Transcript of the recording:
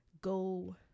go